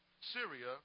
Syria